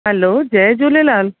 hello जय झूलेलाल